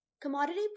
Commodity